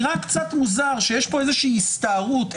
נראה קצת מוזר שיש כאן איזושהי הסתערות,